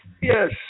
Yes